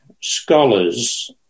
scholars